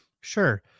Sure